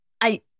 I-